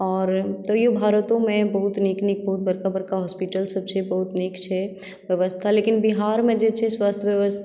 आओर तैयो भारतोमे बहुत नीक नीक बहुत बड़का बड़का हॉस्पिटल सभ छै बहुत नीक छै व्यवस्था लेकिन बिहारमे जे छै